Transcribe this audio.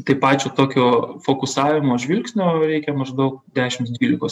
tai pačio tokio fokusavimo žvilgsnio reikia maždaug dešims dvylikos